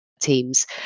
teams